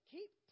Keep